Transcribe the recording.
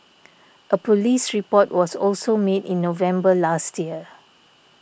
a police report was also made in November last year